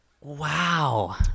Wow